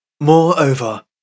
Moreover